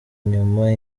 inyuma